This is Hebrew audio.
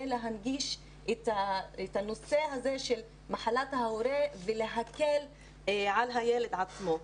להנגיש את הנושא הזה של מחלת ההורה ולהקל על הילד עצמו.